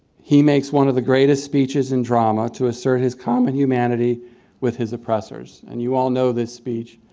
he makes one of the greatest speeches in drama to assert his common humanity with his oppressors. and you all know this speech.